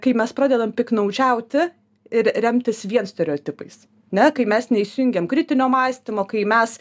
kai mes pradedam piktnaudžiauti ir remtis vien stereotipais ne kai mes neįsijungiam kritinio mąstymo kai mes